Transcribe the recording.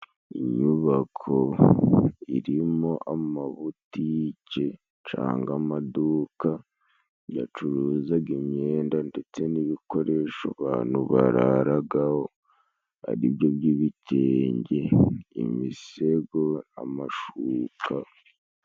Inyubako irimo amabutike canga amaduka yacuruzaga imyenda, ndetse n'ibikoresho abantu bararagaho aribyo by'ibitenge, imisego amashuka.